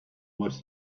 much